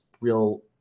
real